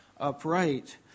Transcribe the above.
upright